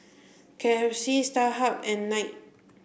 K F C Starhub and Knight